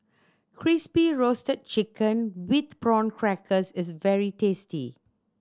Crispy Roasted Chicken with Prawn Crackers is very tasty